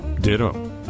Ditto